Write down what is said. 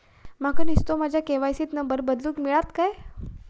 माका नुस्तो माझ्या के.वाय.सी त नंबर बदलून मिलात काय?